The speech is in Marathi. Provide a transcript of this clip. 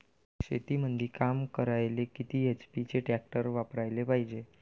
शेतीमंदी काम करायले किती एच.पी चे ट्रॅक्टर वापरायले पायजे?